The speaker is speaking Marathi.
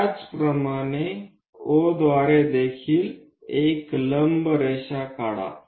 त्याचप्रमाणे O द्वारे देखील एक लंब रेखा काढा